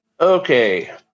Okay